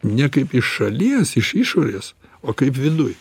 ne kaip iš šalies iš išorės o kaip viduj